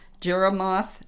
Jeremoth